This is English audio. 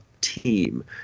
team